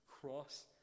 cross